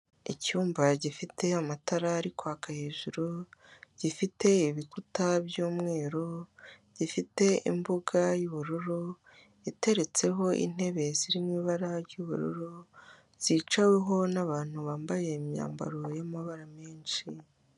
Icyumba gifite amatara ari kwaka hejuru, gifite ibikuta by'umweru, gifite imbuga y'ubururu, iteretseho intebe ziri mu ibara ry'ubururu, zicaweho n'abantu bambaye imyambaro y'amabara menshi.